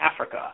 Africa